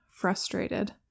frustrated